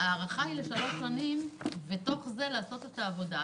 ההארכה היא לשלוש שנים ואתם נקראים לעשות בזמן הזה את העבודה.